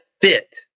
Fit